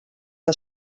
que